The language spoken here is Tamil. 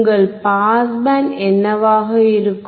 உங்கள் பாஸ் பேண்ட் என்னவாக இருக்கும்